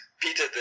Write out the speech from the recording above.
Peter